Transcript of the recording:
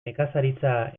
nekazaritza